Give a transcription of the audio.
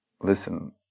listen